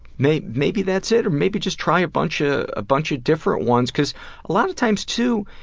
maybe maybe that's it, or maybe just try a bunch ah a bunch of different ones. cause a lot of times too,